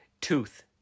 Tooth